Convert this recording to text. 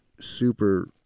super